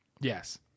Yes